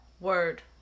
Word